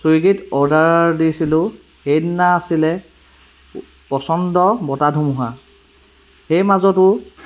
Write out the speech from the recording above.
ছুইগীত অৰ্ডাৰ দিছিলো সেইদিনা আছিলে প প্ৰচণ্ড বতাহ ধুমুহা সেই মাজতো